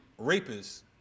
rapists